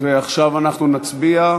ועכשיו אנחנו נצביע.